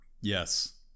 Yes